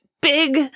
big